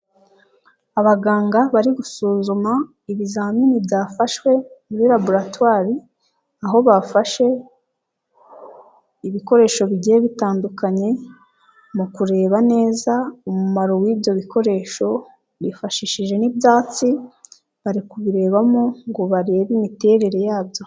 Abaganga bari gusuzuma ibizamini byafashwe muri raboratwari aho bafashe ibikoresho bigiye bitandukanye mu kureba neza umumaro w'ibyo bikoresho bifashishije n'ibyatsi bari kubirebamo ngo barebe imiterere yabyo.